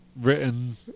written